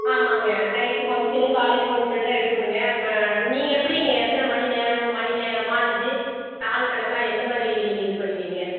ஆமாங்க night function காலையில function எல்லாம் எடுக்கணுங்க நீங்கள் எப்படிங்க எத்தனை மணி நேரம் மணி நேரமா அல்லது நாள் கணக்கா எந்த மாதிரி நீங்கள் இது பண்ணுவீங்க